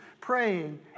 Praying